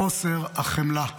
חוסר החמלה.